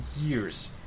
years